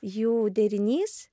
jų derinys